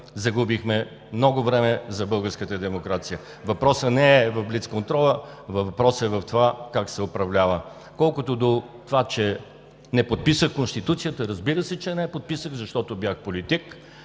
загубихме – много време за българската демокрация. Въпросът не е в блицконтрола, въпросът е в това как се управлява. Колкото до това, че не подписах Конституцията – разбира се, че не я подписах, защото бях политик.